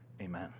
Amen